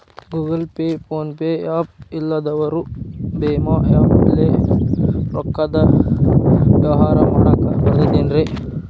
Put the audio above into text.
Google Pay, PhonePe app ಇಲ್ಲದವರು ಭೇಮಾ app ಲೇ ರೊಕ್ಕದ ವ್ಯವಹಾರ ಮಾಡಾಕ್ ಬರತೈತೇನ್ರೇ?